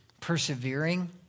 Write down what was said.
persevering